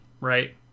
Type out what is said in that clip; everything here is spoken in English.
right